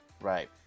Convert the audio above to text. right